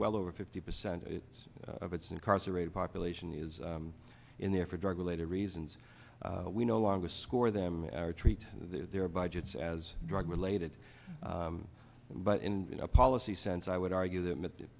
well over fifty percent of its incarcerated population is in there for drug related reasons we no longer score them or treat their budgets as drug related but in a policy sense i would argue that